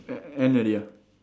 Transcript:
e~ end already ah